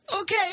Okay